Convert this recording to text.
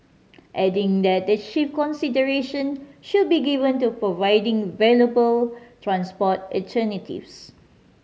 adding that the chief consideration should be given to providing viable transport alternatives